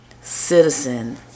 citizen